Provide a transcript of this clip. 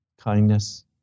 kindness